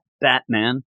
Batman